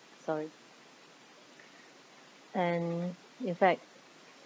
sorry and in fact